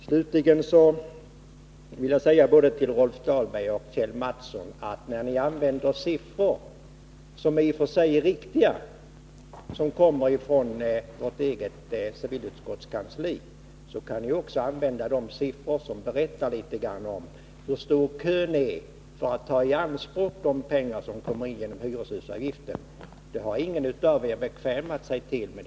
Slutligen vill jag säga både till Rolf Dahlberg och till Kjell Mattsson att när ni använder siffror som i och för sig är riktiga och som lämnats av vårt eget utskottskansli, kunde ni också använda de siffror som talar om hur lång kön är för att ta i anspråk de pengar som kommer in genom hyreshusavgiften. Det har ingen av er bekvämat sig till att göra.